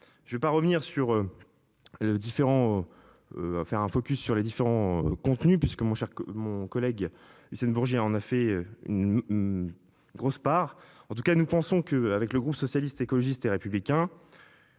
Je vais pas revenir sur. Le différend. Faire un focus sur les différents contenus puisque mon cher mon collègue et c'est une Bourget en a fait une. Grosse part en tout cas, nous pensons que, avec le groupe socialiste, écologiste et républicain.